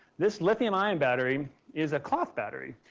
this lithium ion battery is a cloth battery,